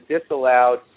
disallowed